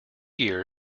year